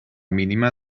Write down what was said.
mínima